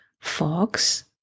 fox